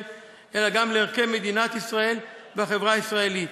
אלא גם לערכי מדינת ישראל והחברה הישראלית.